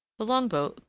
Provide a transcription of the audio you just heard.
longboat,